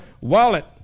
wallet